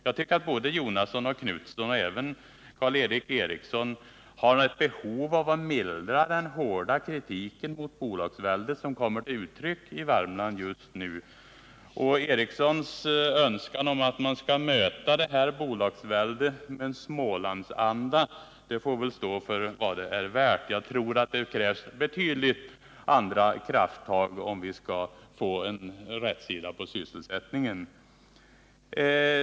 Jag tycker att Bertil Jonasson, Göthe Knutson och Karl Erik Eriksson har ett behov av att mildra den hårda kritik mot bolagsväldet som kommit till uttryck i Värmland just nu. Karl Erik Erikssons önskan att man skall möta detta bolagsvälde med smålandsanda får stå för vad det är värt. Jag tror att det krävs helt andra krafttag om vi skall få rätsida på sysselsättningen.